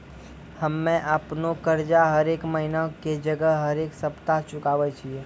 हम्मे अपनो कर्जा हरेक महिना के जगह हरेक सप्ताह चुकाबै छियै